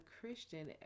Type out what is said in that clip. Christian